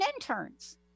interns